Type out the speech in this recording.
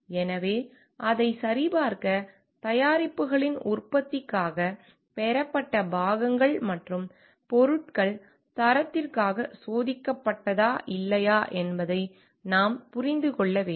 எனவே அதைச் சரிபார்க்க தயாரிப்புகளின் உற்பத்திக்காக பெறப்பட்ட பாகங்கள் மற்றும் பொருட்கள் தரத்திற்காக சோதிக்கப்பட்டதா இல்லையா என்பதை நாம் புரிந்து கொள்ள வேண்டும்